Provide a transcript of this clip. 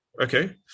okay